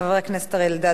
חבר הכנסת אריה אלדד,